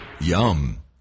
Yum